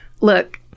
Look